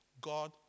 God